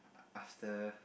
after